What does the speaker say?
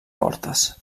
fortes